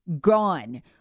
gone